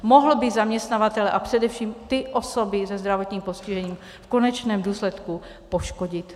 Mohl by zaměstnavatele a především ty osoby se zdravotním postižením v konečném důsledku poškodit.